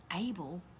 able